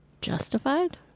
Justified